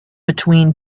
between